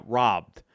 robbed